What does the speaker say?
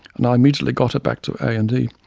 and i immediately got her back to a and e.